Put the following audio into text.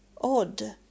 odd